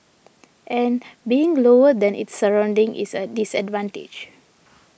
and being lower than its surroundings is a disadvantage